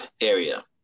area